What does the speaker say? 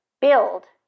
build